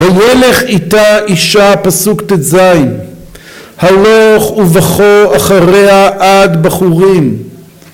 וילך איתה אישה פסוק ט"ז הלוך ובכו אחריה עד בחורים